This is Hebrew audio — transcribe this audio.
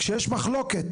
כשיש מחלוקת,